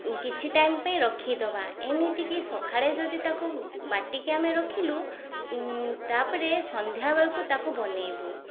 କିଛି ଟାଇମ୍ ପାଇଁ ରଖିଦବା ଏମିତିକି ସକାଳେ ଯଦି ତାକୁ ବାଟିକି ଆମେ ରଖିଲୁ ତା'ପରେ ସନ୍ଧ୍ୟାବେଳକୁ ତାକୁ ବନେଇବୁ